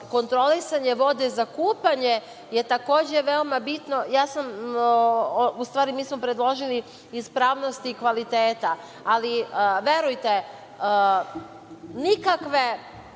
kontrolisanje vode za kupanje je takođe veoma bitno. Mi smo predložili ispravnost kvaliteta, ali verujte nikakve